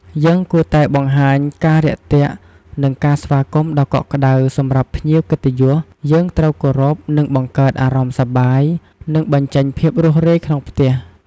យើងគួរតែបង្ហាញការរាក់ទាក់ និងការស្វាគមន៍ដ៏កក់ក្តៅ សម្រាប់ភ្ញៀវកិត្តិយស យើងត្រូវគោរព និងបង្កើតអារម្មណ៍សប្បាយ និងបញ្ចេញភាពរួសរាយក្នុងផ្ទះ។